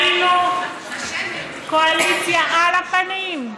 היינו קואליציה על הפנים,